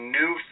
new